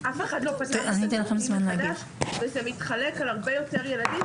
אף אחד לא פתח את התקציב מחדש וזה מתחלק על הרבה יותר ילדים,